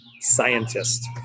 scientist